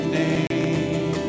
name